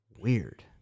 weird